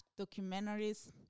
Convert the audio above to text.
documentaries